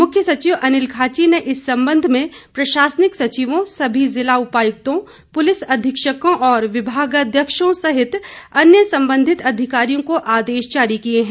मुख्य सचिव अनिल खाची ने इस संबंध में प्रशासनिक सचिवों सभी जिला उपायुक्तों पुलिस अधीक्षकों और विभागाध्यक्षों सहित अन्य संबंधित अधिकारियों को आदेश जारी किए हैं